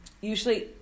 usually